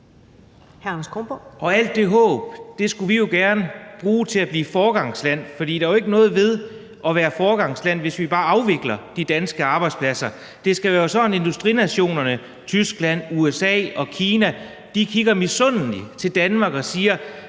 alt det håb skulle vi jo gerne bruge til at blive foregangsland, for der er jo ikke noget ved at være foregangsland, hvis vi bare afvikler de danske arbejdspladser. Det skal jo være sådan, at industrinationerne – Tyskland, USA og Kina – kigger misundeligt på Danmark og siger,